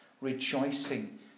rejoicing